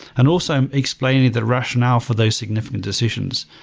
and also, i'm explaining the rational for those significant decisions.